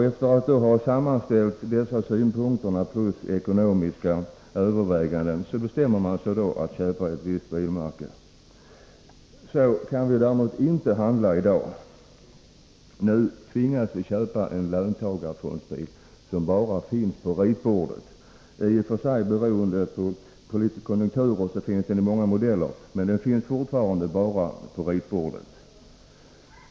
Efter att ha sammanställt dessa synpunkter och gjort ekonomiska överväganden bestämmer man sig för att köpa ett visst bilmärke. Så kan vi däremot inte handla i dag. Nu tvingas vi köpa en ”löntagarfondsbil” som bara finns på ritbordet; beroende på den politiska konjunkturen finns det i och för sig många modeller, men fortfarande bara på ritbordet.